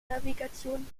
navigation